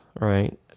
right